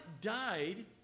died